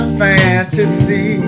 fantasy